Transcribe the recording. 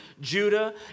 Judah